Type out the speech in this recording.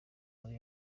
muri